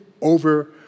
over